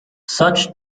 such